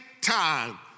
time